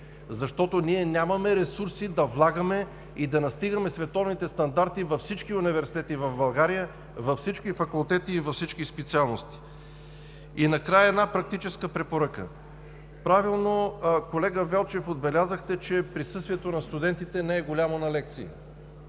защото ние нямаме ресурс да влагаме и да настигаме световните стандарти във всички университети в България, във всички факултети и във всички специалности. Накрая, една практическа препоръка. Правилно, колега Велчев, отбелязахте, че присъствието на студентите на лекции